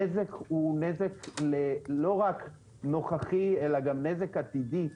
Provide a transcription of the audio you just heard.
הנק הוא נזק לא רק נוכחי אלא גם נזק עתידי.